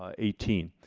ah eighteen.